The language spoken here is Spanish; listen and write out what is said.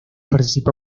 participó